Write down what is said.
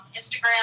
Instagram